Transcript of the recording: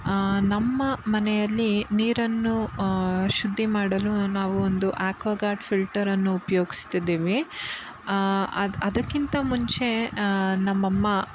ನಮ್ಮ ಮನೆಯಲ್ಲಿ ನೀರನ್ನು ಶುದ್ಧಿ ಮಾಡಲು ನಾವು ಒಂದು ಆ್ಯಕ್ವಗಾರ್ಡ್ ಫಿಲ್ಟರನ್ನು ಉಪ್ಯೋಗಿಸ್ತಿದ್ದಿವಿ ಅದು ಅದಕ್ಕಿಂತ ಮುಂಚೆ ನಮ್ಮ ಅಮ್ಮ